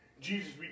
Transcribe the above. Jesus